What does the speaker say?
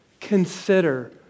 Consider